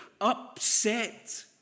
upset